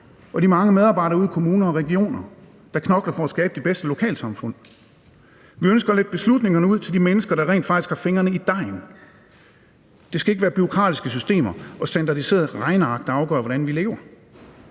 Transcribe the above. og de mange medarbejdere ude i kommuner og regioner, der knokler for at skabe de bedste lokalsamfund. Vi ønsker at lægge beslutningerne ud til de mennesker, der rent faktisk har fingrene i dejen. Det skal ikke være bureaukratiske systemer og standardiserede regneark, der afgør, hvordan vi lever.